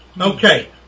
Okay